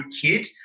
kid